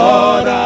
Lord